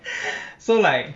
so like